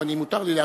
אם מותר לי,